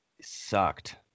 sucked